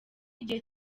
igihe